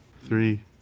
Three